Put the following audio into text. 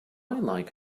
like